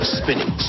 spinning